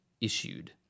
issued